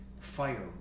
fire